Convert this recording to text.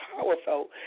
powerful